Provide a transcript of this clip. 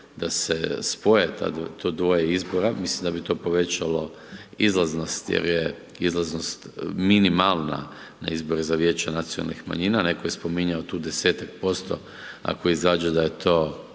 da se spoje ta, to dvoje izbora, mislim da bi to povećalo izlaznost jer je izlaznost minimalna na izbore za Vijeća nacionalnih manjina, neko je spomenuo tu 10-tak posto ako izađe da je to